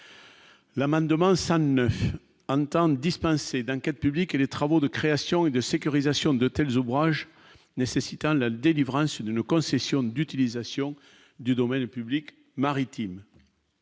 ça ne entendent dispensé d'enquête publique et les travaux de création et de sécurisation de tels ouvrages nécessitant la délivrance d'une concession d'utilisation du domaine public maritime,